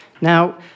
Now